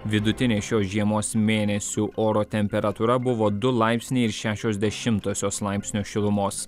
vidutinė šios žiemos mėnesių oro temperatūra buvo du laipsniai ir šešios dešimtosios laipsnio šilumos